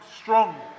strong